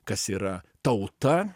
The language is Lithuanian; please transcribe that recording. kas yra tauta